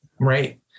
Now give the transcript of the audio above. Right